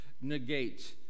negate